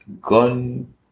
gone